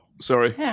Sorry